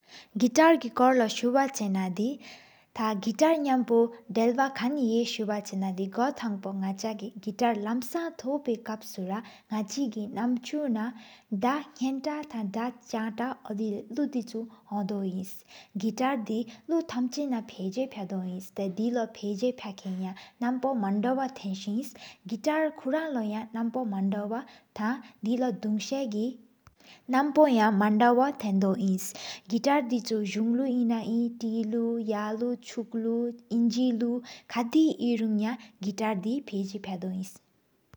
ཀི་ཊར་གི་ཐེན་ལོ་སུ་བ་ཆེ་ན་དི། ཏཱ་ཀི་ཀི་ཊར་ཡོངས་པོ་དེལ་བ་ཀན་ཧེ་སུ་བ་ཆེ་ན། གོ་ཐང་ཀོ་ནག་ཆ་གི་ཀི་ཊར་ལམ་ས་ཐོག་ཀབ་སུ། ནག་ཆི་གི་ནམ་ཆོ་ན་ད་ཧན་ཏ་ཐང། ཅག་ཏ་འོ་དི་ལེ་གླུ་དི་ཆུ་ཧོང་དོ་ཨིནས། ཀི་ཀི་ཊར་དེ་གླུ་ཐམ་ཆ་ན་ཕ་ག་ཕ་དོ་ཨིནས། སྟའེ་དི་ལོ་ཕ་ཇ་པ་གི་རྣམ་པོ། མན་དོ་བོ་ཏེན་སེ་ཧེ་ཀི་ཀི་ཊར་ཀོ་རང་ལོ་ཡ། རྣམ་བོ་མན་དལ་བོ་ཐང་དེ་ལོ་དུང་ས་གི། རྣམ་བོ་ཡ་མན་ད་བོ་ཐེན་དོ་ཨིནས། ཀི་ཀི་ཊར་དི་ཆུ་ཟུང་གླུ་ཨིན་ན་ཨིན། ཏེ་ལོ་ཨིན་ན་ཨིན་ཡ་ལུ་ཆོག་གླུ་ཨིང་གི་ལུ་ཁ་དི་ཨིན་རུ། ཀི་ཀི་ཊར་དེ་ཕེ་ཟ་ཕ་དོ་ཨིནས།